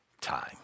time